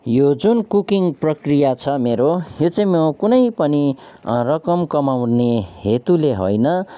यो जुन कुकिङ प्रक्रिया छ मेरो यो चाहिँ म कुनै पनि रकम कमाउने हेतुले होइन